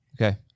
Okay